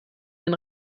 den